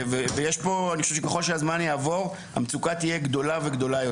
אני חושב שככל שהזמן יעבור המצוקה תהיה גדולה יותר.